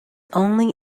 only